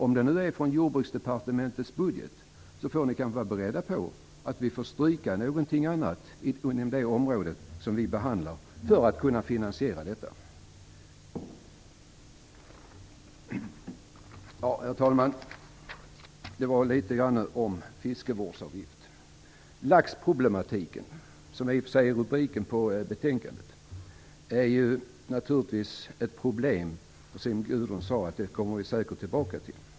Om de tas från Jordbruksdepartementets budget får ni kanske vara beredda på att vi får stryka någonting annat inom det område som vi behandlar för att kunna finansiera detta. Herr talman! Det var litet grand om fiskevårdsavgiften. Laxproblematiken, som betänkandet i och för sig handlar om, kommer vi, som Gudrun Lindvall sade, säkert tillbaka till.